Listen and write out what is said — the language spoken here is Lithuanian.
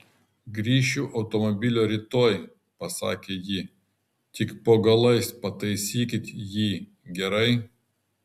grįšiu automobilio rytoj pasakė ji tik po galais pataisykit jį gerai